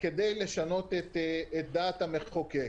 כדי לשנות את דעת המחוקק.